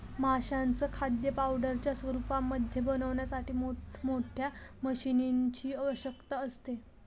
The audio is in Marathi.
माशांचं खाद्य पावडरच्या रूपामध्ये बनवण्यासाठी मोठ मोठ्या मशीनीं ची आवश्यकता असते